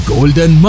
Golden